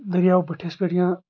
دریاو بٔٹھس پٮ۪ٹھ یا